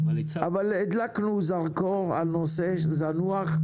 אבל הדלקנו זרקור על נושא זנוח.